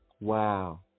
Wow